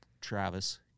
Travis